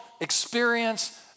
experience